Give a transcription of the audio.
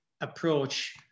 approach